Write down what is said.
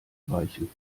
weichen